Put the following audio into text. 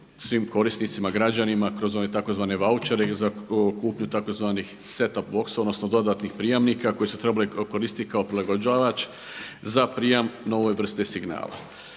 svim korisnicima, građanima kroz one tzv. vaučere i za kupnju tzv. SET TOP BOX odnosno dodatnih prijamnika koji su trebali koristiti kao prilagođavač za prijem novoj vrsti signala.